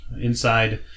inside